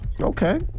Okay